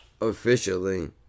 Officially